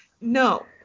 no